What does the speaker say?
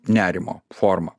nerimo forma